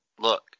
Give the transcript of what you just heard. Look